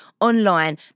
online